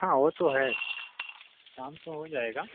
हाँ वह तो है काम तो हो जाएगा